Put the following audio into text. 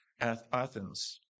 Athens